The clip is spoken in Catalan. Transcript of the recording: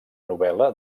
novel·la